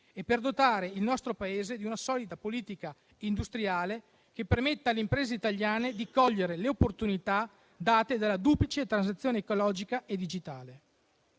e per dotare il nostro Paese di una solida politica industriale che permetta alle imprese italiane di cogliere le opportunità date dalla duplice transizione ecologica e digitale.